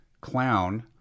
clown